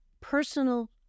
personal